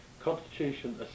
Constitution